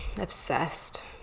obsessed